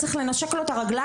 צריך לנשק לו את הרגליים.